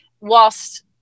whilst